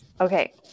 Okay